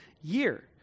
year